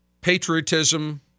patriotism